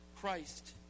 christ